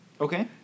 Okay